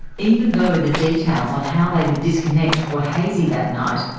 even though the details on how they would disconnect were hazy that night,